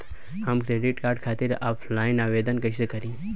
हम credit card खातिर offline आवेदन कइसे करि?